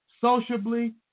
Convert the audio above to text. sociably